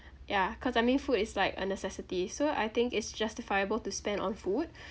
yeah cause I mean food is like a necessity so I think it's justifiable to spend on food